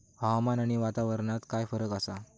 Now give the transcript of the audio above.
हवामान आणि वातावरणात काय फरक असा?